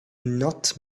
not